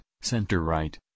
center-right